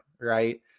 right